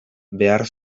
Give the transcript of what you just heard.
behar